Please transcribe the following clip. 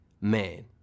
man